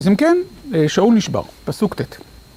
אז אם כן, שאול נשבר, פסוק טט.